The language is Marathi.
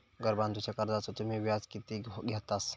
घर बांधूच्या कर्जाचो तुम्ही व्याज किती घेतास?